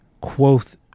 Quoth